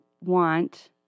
want